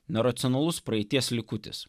neracionalus praeities likutis